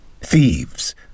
Thieves